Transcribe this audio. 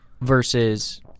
versus